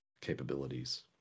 capabilities